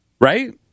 right